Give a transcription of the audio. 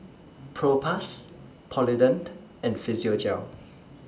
Propass Polident and Physiogel